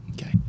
Okay